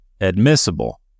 admissible